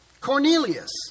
Cornelius